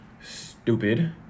Stupid